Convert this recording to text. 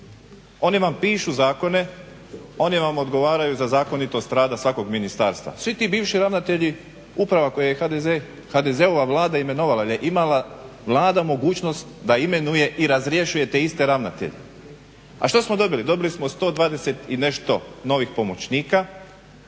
oni vam pišu zakone, oni vam odgovaraju za zakonitost rada svakog ministarstva. Svi ti bivši ravnatelji uprava koje je HDZ-ova Vlada imenovala jer je imala Vlada mogućnost da imenuje i razrješuje te iste ravnatelje. A što smo dobili? Dobili smo 120 i nešto novih pomoćnika.